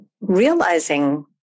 realizing